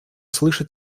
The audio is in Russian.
слышит